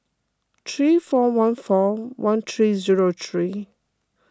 three four one four one three zero three